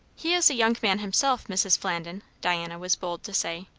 he is a young man himself, mrs. flandin, diana was bold to say.